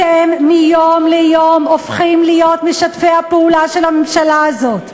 אתם מיום ליום הופכים להיות משתפי הפעולה של הממשלה הזאת.